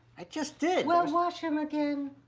i just did well wash em again.